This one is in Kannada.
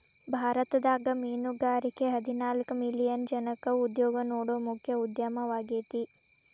ಭಾರತದಾಗ ಮೇನುಗಾರಿಕೆ ಹದಿನಾಲ್ಕ್ ಮಿಲಿಯನ್ ಜನಕ್ಕ ಉದ್ಯೋಗ ನೇಡೋ ಮುಖ್ಯ ಉದ್ಯಮವಾಗೇತಿ